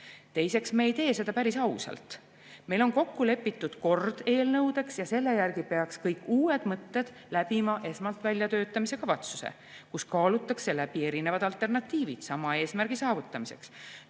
Teiseks, me ei tee seda päris ausalt. Meil on kokku lepitud eelnõude [väljatöötamise] kord ja selle järgi peaks kõik uued mõtted läbima esmalt väljatöötamiskavatsuse [ringi], kus kaalutakse läbi erinevad alternatiivid sama eesmärgi saavutamiseks.